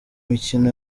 mikino